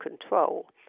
control